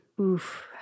Oof